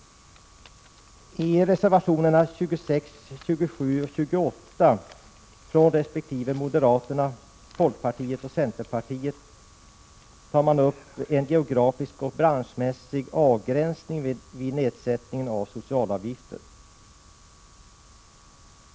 I reservationerna 26, 27 och 28 från resp. moderaterna, folkpartiet och centerpartiet behandlas en geografisk och branschmässig avgränsning vid nedsättningen av socialavgifter.